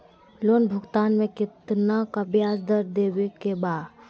Loan भुगतान में कितना का ब्याज दर देवें के बा?